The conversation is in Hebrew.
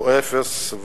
הוא אפס,